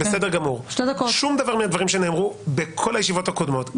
שום דבר מהדברים שנאמרו בכל הישיבות הקודמות,